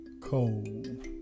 cold